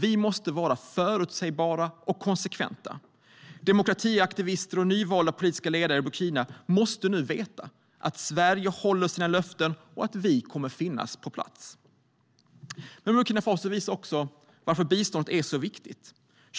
Vi måste vara förutsägbara och konsekventa. Demokratiaktivister och nyvalda politiska ledare i Burkina måste veta att Sverige håller sina löften och att vi kommer att finnas på plats. Men Burkina Faso visar också varför bistånd är viktigt.